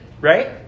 right